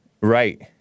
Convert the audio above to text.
Right